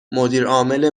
مدیرعامل